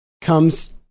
comes